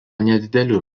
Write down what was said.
nedidelių